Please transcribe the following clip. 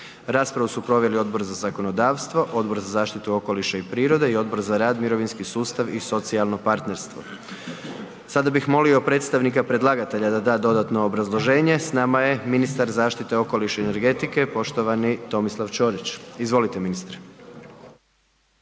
Raspravu su proveli Odbor za zakonodavstvo, Odbor za zaštitu okoliša i prirode i Odbor za rad, mirovinski sustav i socijalno partnerstvo. Sada bih molio predstavnika predlagatelja da da dodatno obrazloženje. S nama je ministar zaštite okoliša i energetike poštovani Tomislav Ćorić. Izvolite ministre.